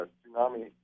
Tsunami